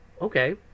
okay